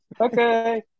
Okay